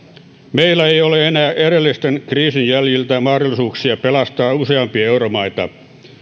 meillä ei ole enää edellisen kriisin jäljiltä mahdollisuuksia pelastaa useampia euromaita